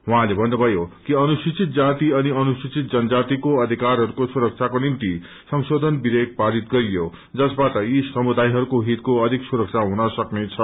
उहाँले भन्नुभयो कि अनुसुचित जाति अनि अनुसुचित जनजातिको अधिकारहरूको सुरक्षाको निम्ति संशोधन विधेयक पारित गरियो जसबाट यी समुदायहरूको हितको अधिक सुरक्षा हुन सघ्क्नेछ